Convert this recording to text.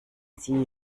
sie